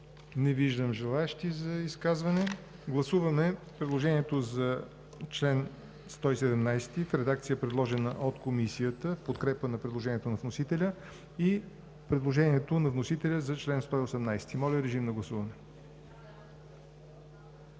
Не виждам желаещи. Гласуваме предложението за чл. 117 в редакция, предложена от Комисията, в подкрепа на предложението на вносителя, и предложението на вносителя за чл. 118. Гласували